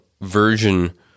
version